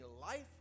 life